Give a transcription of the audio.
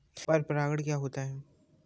पर परागण क्या होता है?